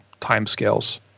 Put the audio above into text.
timescales